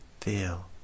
feel